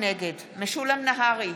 נגד משולם נהרי,